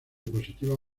positivas